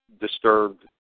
disturbed